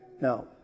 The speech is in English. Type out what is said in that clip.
Now